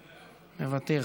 מוותר,